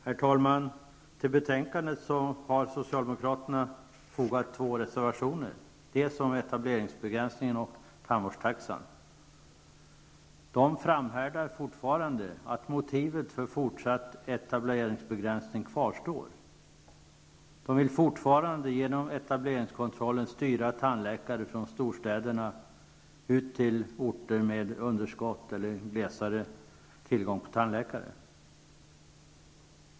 Herr talman! Till betänkandet har socialdemokraterna fogat två reservationer, dels om etableringsbegränsningen, dels om tandvårdstaxan. De framhärdar fortfarande med att motiven för fortsatt etableringsbegränsning kvarstår. De vill fortfarande genom etableringskontrollen styra tandläkare från storstäderna till orter med underskott eller glesare tillgång på tandläkare.